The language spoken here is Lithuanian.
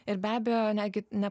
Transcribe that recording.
ir be abejo netgi ne